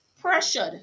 pressured